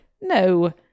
No